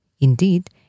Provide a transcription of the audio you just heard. Indeed